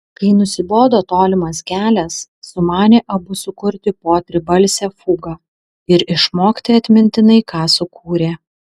kai nusibodo tolimas kelias sumanė abu sukurti po tribalsę fugą ir išmokti atmintinai ką sukūrė